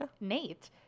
Nate